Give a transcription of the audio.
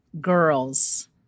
girls